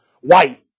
white